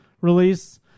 release